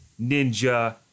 ninja